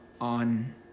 on